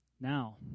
Now